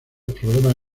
problemas